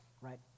right